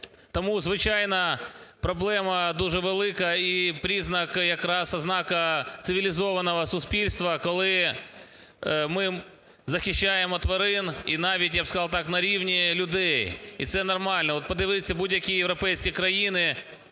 Тому, звичайно, проблема дуже велика і якраз ознака цивілізованого суспільства, коли ми захищаємо тварин і навіть, я б сказав так, на рівні людей. І це нормально. От подивіться, будь-які європейські країни,